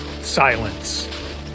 Silence